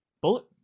bullet